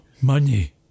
Money